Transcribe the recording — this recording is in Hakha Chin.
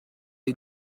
hna